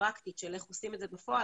הפרקטית של איך עושים את זה בפועל,